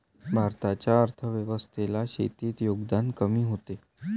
भारताच्या अर्थव्यवस्थेतील शेतीचे योगदान कमी होत आहे